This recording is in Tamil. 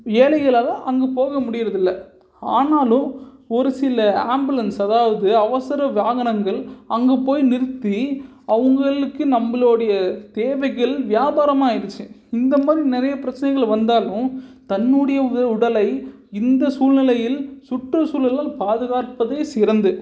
ஏழைகளால் அங்கு போக முடிகிறது இல்லை ஆனாலும் ஒரு சில ஆம்புலன்ஸ் அதாவது அவசர வாகனங்கள் அங்கு போய் நிறுத்தி அவங்களுக்கு நம்மளுடைய தேவைகள் வியாபாரமாக ஆயிடுச்சு இந்த மாதிரி நிறையா பிரச்சனைகள் வந்தாலும் தன்னுடைய உடலை இந்த சூழ்நிலையில் சுற்றுசூழலால் பாதுகாப்பதே சிறந்தது